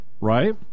right